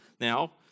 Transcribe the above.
Now